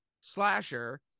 slasher